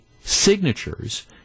signatures